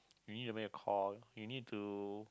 you need to make a call you need to